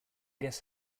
guess